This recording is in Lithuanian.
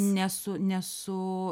nesu nesu